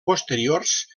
posteriors